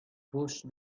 pushed